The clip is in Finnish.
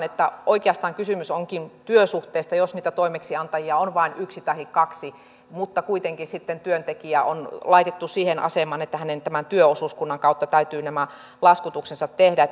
että oikeastaan kysymys onkin työsuhteesta jos niitä toimeksiantajia on vain yksi tahi kaksi mutta kuitenkin sitten työntekijä on laitettu siihen asemaan että hänen tämän työosuuskunnan kautta täytyy nämä laskutuksensa tehdä